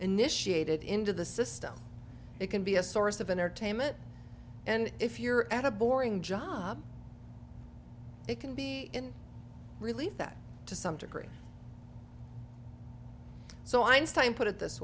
initiated into the system it can be a source of entertainment and if you're at a boring job it can be in relief that to some degree so einstein put it this